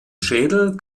schädel